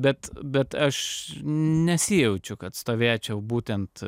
bet bet aš nesijaučiu kad stovėčiau būtent